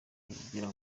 yigira